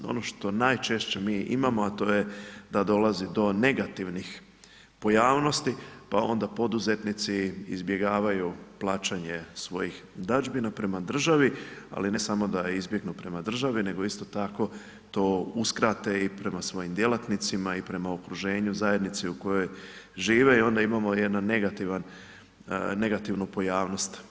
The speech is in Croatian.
Ono što najčešće mi imamo a to je da dolazi do negativnih pojavnosti pa onda poduzetnici izbjegavaju plaćanje svojih dadžbina prema državi ali ne samo da izbjegnu prema državi nego isto tako to uskrate i prema svojim djelatnicima i prema okruženju, zajednici u kojoj žive i onda imamo jednu negativnu pojavnost.